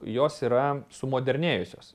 jos yra sumodernėjusios